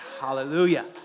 Hallelujah